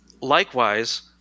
likewise